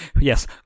Yes